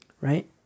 right